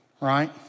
right